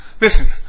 listen